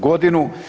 Godinu.